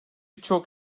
çok